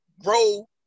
grow